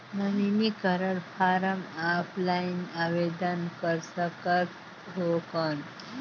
नवीनीकरण form offline आवेदन कर सकत हो कौन?